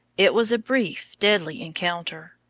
it was a brief, deadly encounter.